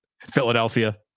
Philadelphia